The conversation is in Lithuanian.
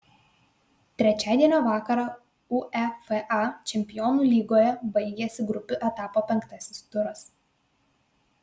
trečiadienio vakarą uefa čempionų lygoje baigėsi grupių etapo penktasis turas